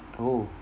oh